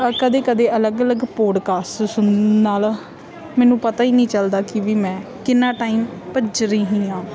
ਕਦੇ ਕਦੇ ਅਲੱਗ ਅਲੱਗ ਪੋਡਕਾਸਟਸ ਸੁਣਨ ਨਾਲ ਮੈਨੂੰ ਪਤਾ ਹੀ ਨਹੀਂ ਚੱਲਦਾ ਕਿ ਵੀ ਮੈਂ ਕਿੰਨਾ ਟਾਈਮ ਭੱਜ ਰਹੀ ਹਾਂ